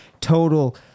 total